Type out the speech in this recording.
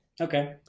okay